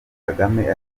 kagame